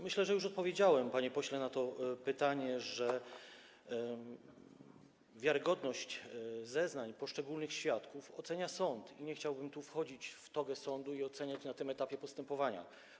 Myślę, że już odpowiedziałem, panie pośle, na to pytanie, że wiarygodność zeznań poszczególnych świadków ocenia sąd, i nie chciałbym tu wchodzić w togę sądu i oceniać na tym etapie postępowania.